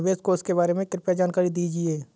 निवेश कोष के बारे में कृपया जानकारी दीजिए